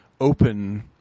open